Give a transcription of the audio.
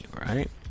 right